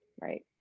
Right